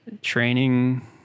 training